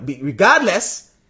regardless